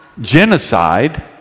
genocide